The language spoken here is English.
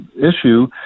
issue